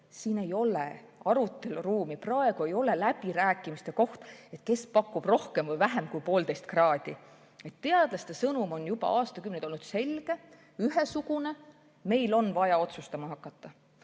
siin ei ole aruteluruumi. Praegu ei ole läbirääkimiste koht, et kes pakub rohkem või vähem kui poolteist kraadi. Teadlaste sõnum on juba aastakümneid olnud selge, ühesugune: meil on vaja otsustama hakata. Mart